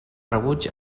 rebuig